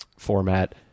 format